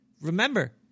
remember